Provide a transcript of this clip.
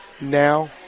Now